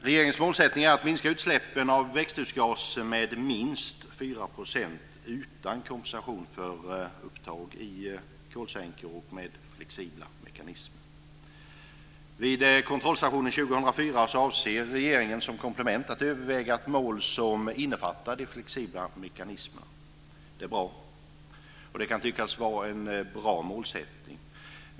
Regeringens målsättning är att minska utsläppen av växthusgaser med minst 4 % avser regeringen som komplement att överväga ett mål som innefattar de flexibla mekanismerna. Det är bra. Det kan tyckas vara en bra målsättning.